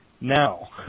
Now